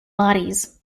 bodies